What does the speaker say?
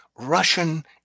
Russian